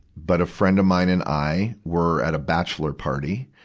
but a friend of mine and i were at a bachelor party,